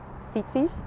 city